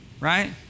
Right